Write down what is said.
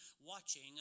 watching